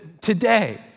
today